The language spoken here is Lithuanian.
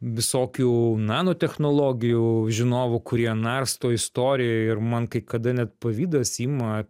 visokių nano technologijų žinovų kurie narsto istorijoj ir man kai kada net pavydas ima